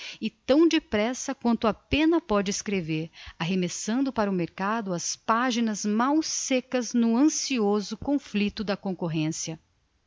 e tão depressa quanto a penna póde escrever arremessando para o mercado as paginas mal seccas no ancioso conflicto da concorrencia